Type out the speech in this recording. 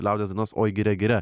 liaudies dainos oi giria giria